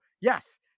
yes